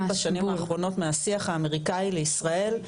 בשנים האחרונות מהשיח האמריקאי לישראל,